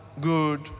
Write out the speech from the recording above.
good